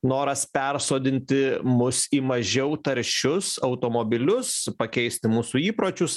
noras persodinti mus į mažiau taršius automobilius pakeisti mūsų įpročius